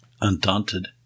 Undaunted